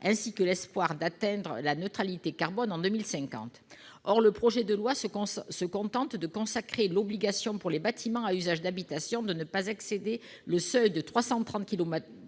ainsi que l'espoir d'atteindre la neutralité carbone en 2050. Or le projet de loi se contente de consacrer l'obligation pour les bâtiments à usage d'habitation de ne pas excéder le seuil de 330